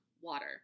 water